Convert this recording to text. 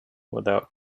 without